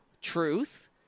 truth